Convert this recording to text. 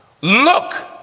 look